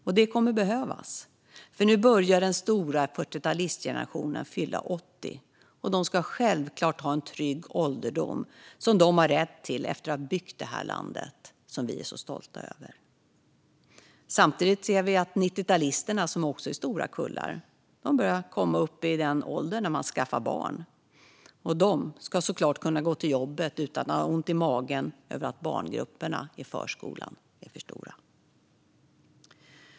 Och det kommer att behövas. Nu börjar den stora 40-talistgenerationen fylla 80, och de ska självklart ha en trygg ålderdom. Det har de rätt till efter att ha byggt detta land som vi är så stolta över. Samtidigt ser vi att 90-talisterna, som också är stora kullar, börjar komma upp i åldern då man skaffar barn. Och de ska såklart kunna gå till jobbet utan att ha ont i magen över att barngrupperna i förskolan är för stora.